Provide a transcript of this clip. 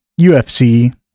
UFC